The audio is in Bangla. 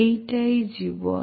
এইটাই জীবন